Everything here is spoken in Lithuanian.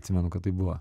atsimenu kad taip buvo